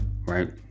right